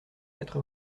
quatre